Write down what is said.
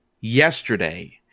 yesterday